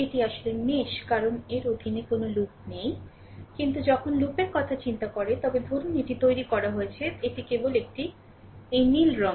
এটি আসলে মেশ কারণ rএর অধীনে কোনও লুপ নেই কিন্তু যখন লুপের কথা চিন্তা করে তবে ধরুন এটি তৈরি করা হয়েছে এটি কেবল একটি নীল রঙ